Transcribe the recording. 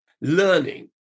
learning